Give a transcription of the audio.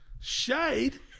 Shade